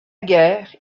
guerre